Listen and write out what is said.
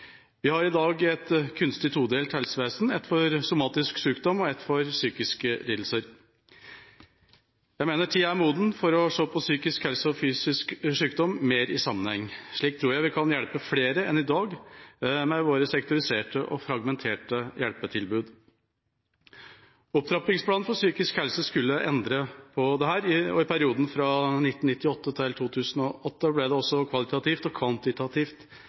Vi har i dag et kunstig todelt helsevesen: et for somatisk sykdom og et for psykiske lidelser. Jeg mener tida er moden for å se psykisk helse og fysisk sykdom mer i sammenheng. Slik tror jeg vi kan hjelpe flere enn vi kan i dag med våre sektoriserte og fragmenterte hjelpetilbud. Opptrappingsplanen for psykisk helse skulle endre på dette, og i perioden 1998–2008 ble det også kvalitativt og kvantitativt